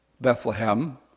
Bethlehem